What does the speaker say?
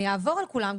אני אעבור על כולם,